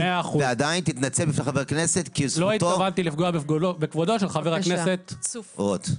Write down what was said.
לא התכוונתי לפגוע בכבודו של חבר הכנסת רוט .